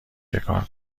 چکار